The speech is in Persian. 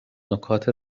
نکات